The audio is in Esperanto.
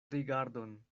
rigardon